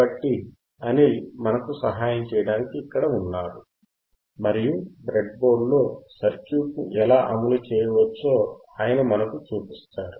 కాబట్టి అనిల్ మనకు సహాయం చేయడానికి ఇక్కడ ఉన్నారు మరియు బ్రెడ్బోర్డ్లో సర్క్యూట్ను ఎలా అమలు చేయవచ్చో ఆయన మనకు చూపిస్తారు